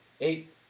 eight